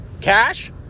cash